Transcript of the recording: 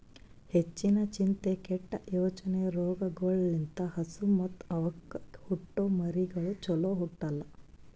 ಹೆಚ್ಚಿನ ಚಿಂತೆ, ಕೆಟ್ಟ ಯೋಚನೆ ರೋಗಗೊಳ್ ಲಿಂತ್ ಹಸು ಮತ್ತ್ ಅವಕ್ಕ ಹುಟ್ಟೊ ಮರಿಗಳು ಚೊಲೋ ಹುಟ್ಟಲ್ಲ